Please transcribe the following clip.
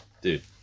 dude